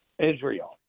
Israel